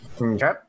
Okay